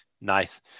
Nice